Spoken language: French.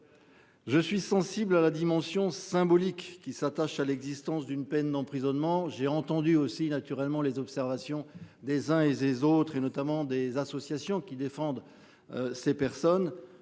Je suis sensible à la dimension symbolique qui s'attache à l'existence d'une peine d'emprisonnement. J'ai entendu aussi naturellement les observations des uns et des autres et notamment des associations qui défendent. Ces personnes,